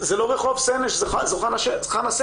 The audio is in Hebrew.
זה לא רחוק סנש, זאת חנה סנש.